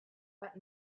but